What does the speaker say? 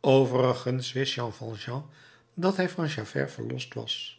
overigens wist jean valjean dat hij van javert verlost was